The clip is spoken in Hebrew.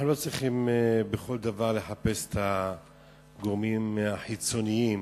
אנחנו לא צריכים בכל דבר לחפש את הגורמים החיצוניים